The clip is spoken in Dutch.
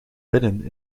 binnen